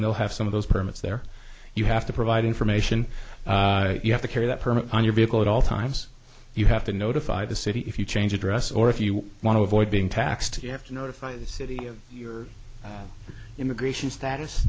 no have some of those permits there you have to provide information you have to carry that permit on your vehicle at all times you have to notify the city if you change address or if you want to avoid being taxed you have to notify the city of your immigration status